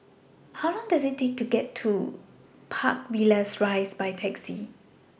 How Long Does IT Take to get to Park Villas Rise By Taxi